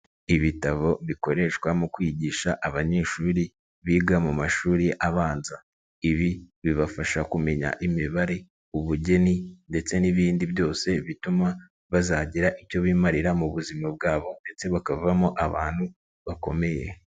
Ibitabo bikoreshwa mu kwigisha abanyeshuri biga mu mashuri abanza, ibi bibafasha kumenya imibare, ubugeni ndetse n'ibindi byose bituma bazagira icyo bimarira mu buzima bwabo ndetse bakavamo abantu bakomeye.